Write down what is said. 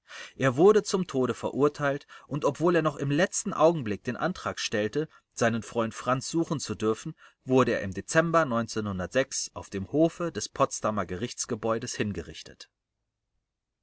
er wurde zum tode verurteilt und obwohl er noch im letzten augenblick den antrag stellte seinen freund franz suchen zu dürfen wurde er im dezember auf dem hofe des potsdamer gerichtsgebäudes hingerichtet